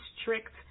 strict